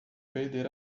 perder